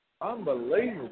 Unbelievable